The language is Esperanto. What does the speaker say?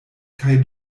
kaj